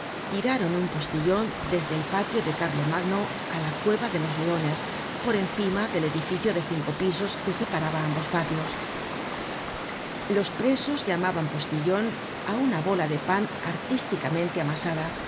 tiraron un postillon desde el patio de carlomagno á la cueva de los leones por encima del edificio de cinco pisos que separaba ambos patios los presos llaman postilloníi una bola de pan artísticamente amasada que